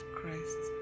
Christ